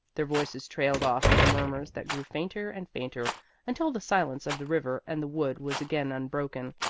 their voices trailed off into murmurs that grew fainter and fainter until the silence of the river and the wood was again unbroken.